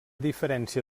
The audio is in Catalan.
diferència